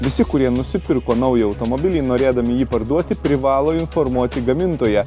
visi kurie nusipirko naują automobilį norėdami jį parduoti privalo informuoti gamintoją